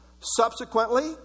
Subsequently